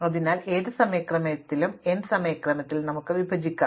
അതിനാൽ ഏത് സമയക്രമത്തിലും n സമയക്രമത്തിൽ നമുക്ക് വിഭജിക്കാം